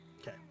Okay